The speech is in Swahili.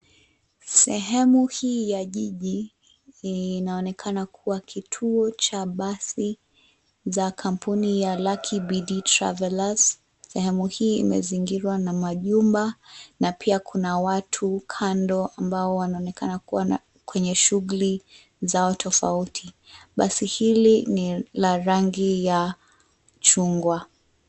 Sehemu hii ya jiji, inaonekana kuwa kituo cha basi, za kampuni ya Lucky BD Travelers, sehemu hii imezingirwa na majumba, na pia kuna watu kando ambao wanaonekana kuwa na, kwenye shughuli, zao tofauti, basi hili ni la rangi ya chungwa.